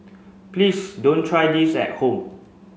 please don't try this at home